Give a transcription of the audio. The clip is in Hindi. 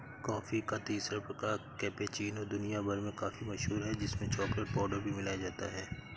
कॉफी का तीसरा प्रकार कैपेचीनो दुनिया भर में काफी मशहूर है जिसमें चॉकलेट पाउडर भी मिलाया जाता है